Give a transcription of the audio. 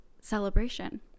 celebration